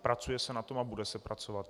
Pracuje se na tom a bude se pracovat.